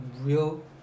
real